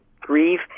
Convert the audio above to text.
grieve